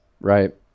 right